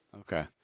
Okay